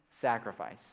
sacrifice